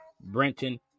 Brenton